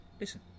listen